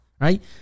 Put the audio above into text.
right